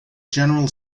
general